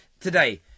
today